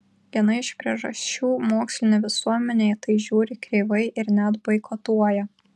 viena iš priežasčių mokslinė visuomenė į tai žiūri kreivai ir net boikotuoja